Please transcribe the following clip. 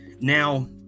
Now